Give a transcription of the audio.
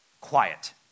Quiet